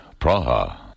Praha